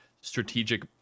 strategic